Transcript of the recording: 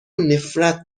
نفرت